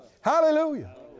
Hallelujah